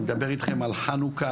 אני מדבר איתכם על חנוכה,